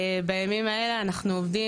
ימים האלה אנחנו עובדים,